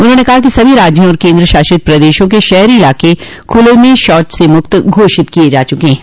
उन्होंने कहा कि सभी राज्यों और केन्द्र शासित प्रदेशों के शहरी इलाके खुले में शौच से मुक्त घोषित किये जा चुके हैं